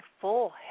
full